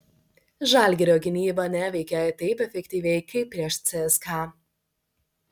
žalgirio gynyba neveikė taip efektyviai kaip prieš cska